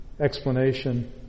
explanation